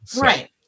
right